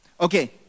Okay